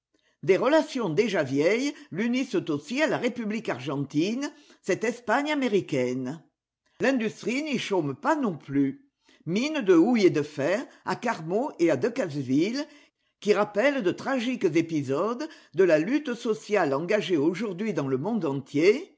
des relations déjà vieilles l'unissent aussi à la république argentine cette espagne américaine l'industrie n'y chôme pas non plus mines de houille et de fer à carmaux et à decazeville qui rappellent de tragiques épisodes de la lutte sociale engagée aujourd'hui dans le monde entier